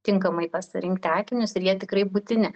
tinkamai pasirinkti akinius ir jie tikrai būtini